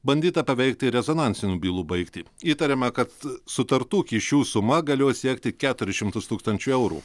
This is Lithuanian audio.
bandyta paveikti rezonansinių bylų baigtį įtariama kad sutartų kyšių suma galėjo siekti keturis šimtus tūkstančių eurų